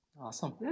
Awesome